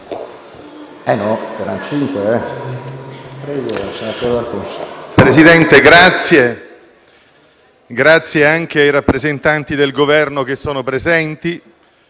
Presidente, ringrazio anche i rappresentanti del Governo che sono presenti.